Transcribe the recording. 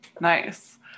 nice